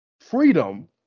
freedom